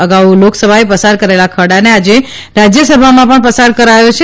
અગાઉ લોકસભાએ પસાર કરેલા ખરડાને આજે રાજયસભામાં પણ પસાર કરાયો છે